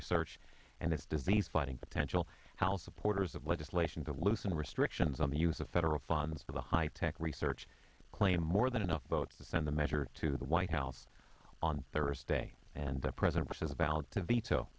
research and as does the fighting potential how supporters of legislation to loosen restrictions on the use of federal funds for the high tech research claim more than enough votes to send the measure to the white house on thursday and the president which is about to veto